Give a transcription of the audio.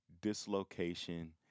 dislocation